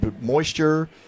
moisture